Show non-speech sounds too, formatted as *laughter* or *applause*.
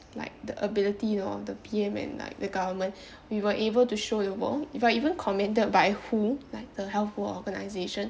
like the ability you know of the P_M and like the government *breath* we were able to show the world if we are even commended by WHO like the health world organization